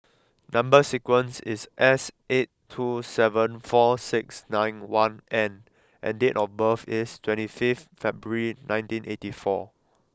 number sequence is S eight two seven four six nine one N and date of birth is twenty fifth February nineteen eighty four